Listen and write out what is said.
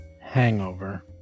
hangover